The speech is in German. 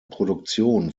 produktion